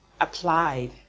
applied